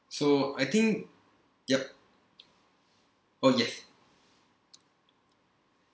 so I think yup oh yes